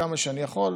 כמה שאני יכול,